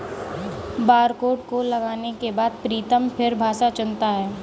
barcode को लगाने के बाद प्रीतम फिर भाषा चुनता है